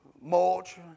mulch